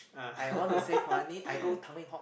ah